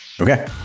Okay